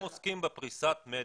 הם עוסקים בפריסת מדיה.